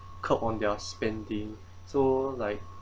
curb on their spending so like